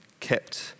kept